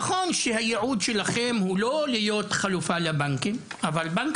נכון שהייעוד שלכם הוא לא להיות חלופה לבנקים אבל בנק